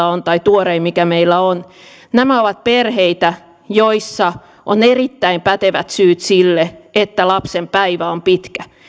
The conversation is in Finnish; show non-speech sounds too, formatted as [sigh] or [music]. [unintelligible] on tuorein mikä meillä on nämä ovat perheitä joissa on erittäin pätevät syyt sille että lapsen päivä on pitkä